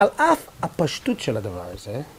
על אף הפשטות של הדבר הזה.